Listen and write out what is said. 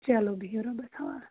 چلو بِہِو رۄبَس حوالہٕ